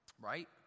Right